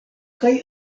kaj